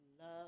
love